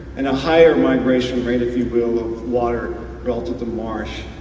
and a higher migration rate if you will, the water melted the marsh.